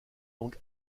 donc